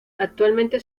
actualmente